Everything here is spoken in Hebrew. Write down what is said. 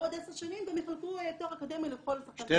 בעוד עשר שנים גם יחלקו תואר אקדמי לכל שחקן כדורגל.